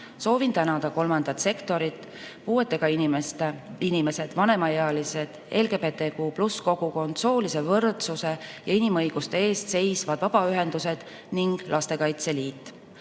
Soovin tänada kolmandat sektorit. Puuetega inimesed, vanemaealised, LGBTQ+ kogukond, soolise võrdsuse ja inimõiguste eest seisvad vabaühendused ning Lastekaitse Liit